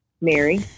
Mary